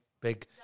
big